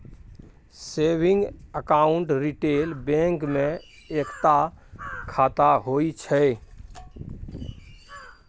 saving account retail bank मे एकता खाता होइ छै